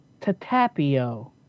Tatapio